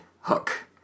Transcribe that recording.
hook